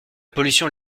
pollution